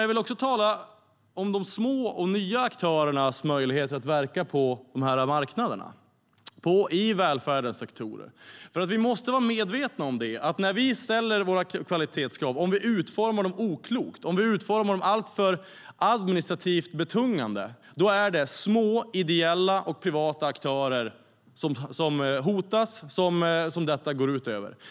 Jag vill också tala om de små och nya aktörernas möjligheter att verka på de här marknaderna i välfärdens sektorer. När vi ställer våra kvalitetskrav måste vi vara medvetna om att om vi utformar dem oklokt och alltför administrativt betungande är det små ideella och privata aktörer som hotas och som detta går ut över.